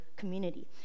community